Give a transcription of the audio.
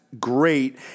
Great